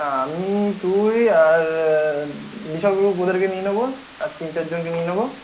হ্যাঁ আমি তুই আর ঋষভ গ্রুপ ওদেরকে নিয়ে নেব আর তিন চার জনকে নিয়ে নেব